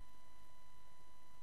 ואני